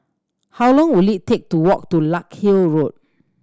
how long will it take to walk to Larkhill Road